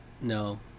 No